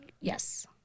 Yes